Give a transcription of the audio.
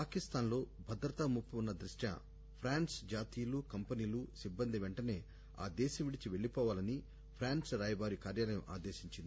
పాకిస్థాస్ లో భద్రతా ముప్పు ఉన్న దృష్యా ప్రాస్స్ జాతీయులు కంపెనీలు సిబ్బంది పెంటసే ఆ దేశం విడిచి పెళ్లిపోవాలని ఫ్రెంచ్ రాయబార కార్యాలయం ఆదేశించింది